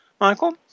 Michael